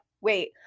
wait